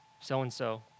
so-and-so